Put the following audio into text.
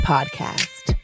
Podcast